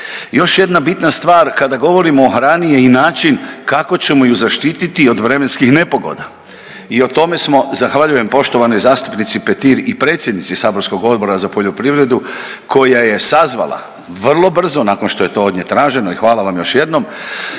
Još jedna bitna stvar kada govorimo o hrani je i način kako ćemo ju zaštiti od vremenskih nepogoda i o tome smo zahvaljujem poštovanoj zastupnici Petir i predsjednici saborskog Odbora za poljoprivredu koja je sazvala vrlo brzo nakon što je to od nje traženo i hvala vam još jednom,